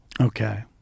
Okay